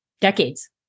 decades